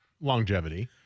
longevity